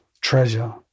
treasure